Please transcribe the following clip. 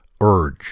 urge